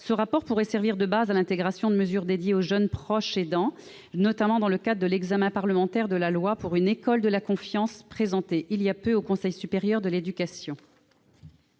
Ce rapport pourrait servir de base à l'intégration de mesures dédiées aux jeunes proches aidants, notamment dans le cadre de l'examen parlementaire du projet de loi pour une école de la confiance, présenté il y a peu au Conseil supérieur de l'éducation.